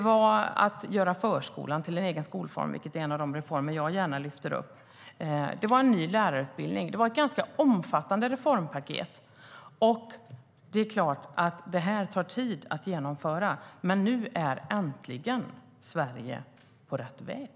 Vi gjorde förskolan till en egen skolform, vilket är en av de reformer jag gärna lyfter fram. Det blev också en ny lärarutbildning. Det var ett ganska omfattande reformpaket. Självklart tar sådant tid att genomföra. Men nu är äntligen Sverige på rätt väg.